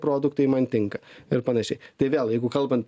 produktai man tinka ir panašiai tai vėl jeigu kalbant